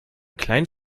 kleinen